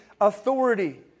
authority